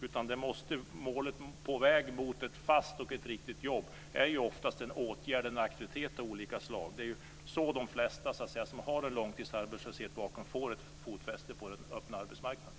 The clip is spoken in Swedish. Vägen mot ett fast och ett riktigt jobb går oftast via en åtgärd eller en aktivitet av något slag. Det är ju så de flesta som har en långtidsarbetslöshet bakom sig får ett fotfäste på den öppna arbetsmarknaden.